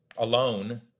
alone